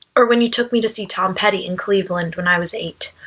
or when you took me to see tom petty in cleveland when i was eight?